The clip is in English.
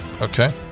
okay